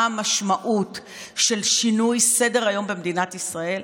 המשמעות של שינוי סדר היום במדינת ישראל?